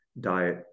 diet